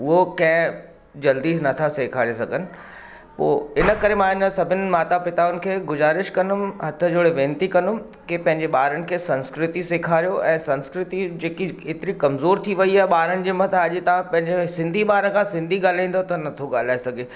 उहो कंहिं जल्दी नथा सेखारे सघनि उहो इन करे मां हिननि सभिनि माता पिताउनि खे गुज़ारिश कंदुमि हथु जोड़े वेनिती कंदुमि कि पंहिंजे ॿारनि खे संस्कृति सेखारियो ऐं संस्कृति जेकी हेतिरी कमज़ोर थी वई आहे ॿारनि जे मथां अॼु तव्हां पंहिंजे सिंधी ॿार खां सिंधी ॻाल्हाइंदव त नथो ॻाल्हाए सघे